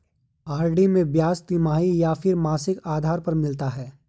RD में ब्याज तिमाही या फिर मासिक आधार पर मिलता है?